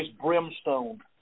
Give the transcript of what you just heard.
brimstone